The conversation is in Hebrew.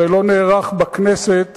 הרי לא נערך בכנסת